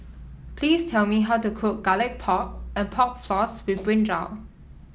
please tell me how to cook Garlic Pork and Pork Floss with brinjal